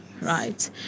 right